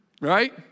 Right